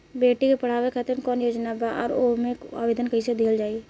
बेटी के पढ़ावें खातिर कौन योजना बा और ओ मे आवेदन कैसे दिहल जायी?